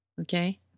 Okay